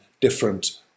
different